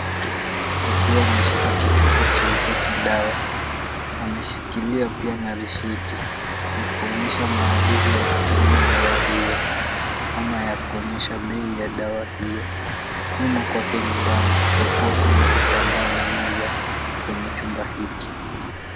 Mtu akiwa ameshika kichupa cheupe cha dawa, ameshikilia pia na risiti ya kuonyesha maagizo ya kutumia dawa hiyo ama ya kuonyesha bei ya dawa hiyo nyuma kwake nyumbani kwa kuwa kuna vitambaa na meza kwenye chumba hiki.